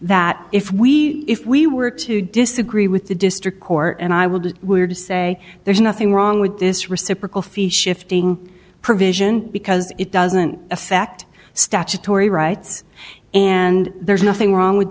that if we if we were to disagree with the district court and i would say there's nothing wrong with this reciprocal fee shifting provision because it doesn't affect statutory rights and there's nothing wrong with